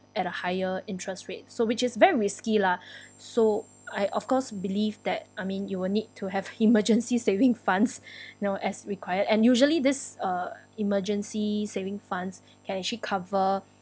at a higher interest rate so which is very risky lah so I of course believe that I mean you will need to have emergency saving funds know as required and usually this uh emergency saving funds can actually cover